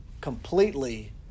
completely